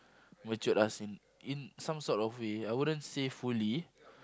matured us in in some sort of way I wouldn't say fully